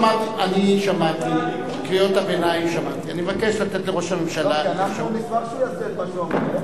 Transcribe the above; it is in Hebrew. כי אנחנו נשמח שהוא יעשה את מה שהוא אמר.